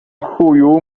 chuju